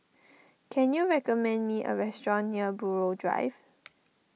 can you recommend me a restaurant near Buroh Drive